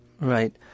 Right